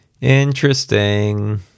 Interesting